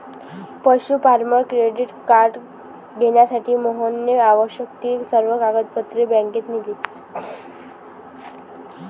पशु farmer credit card घेण्यासाठी मोहनने आवश्यक ती सर्व कागदपत्रे बँकेत नेली